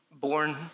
born